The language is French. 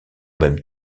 même